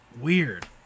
weird